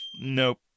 Nope